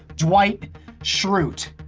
dwight schrute.